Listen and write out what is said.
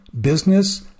business